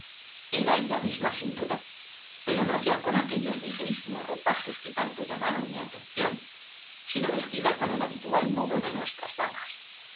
era ella misma sin duda pero no ya con aquellos ligerísimos ropajes que tanto llamaron mi atención sino vestida con el habitual modo de nuestras damas